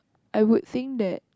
I would think that